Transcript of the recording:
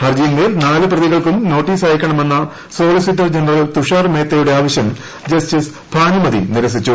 ഹർജിയിന്മേൽ നാല് പ്രതികൾക്കും നോട്ടീസ് അയക്കണമെന്ന സോളിസിറ്റർ ജനറൽ തുഷാർ മേത്തയുടെ ആവശ്യം ജസ്റ്റിസ് ഭാനുമതി നിരസിച്ചു